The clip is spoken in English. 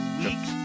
week